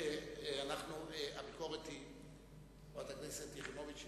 חברת הכנסת יחימוביץ,